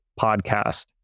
Podcast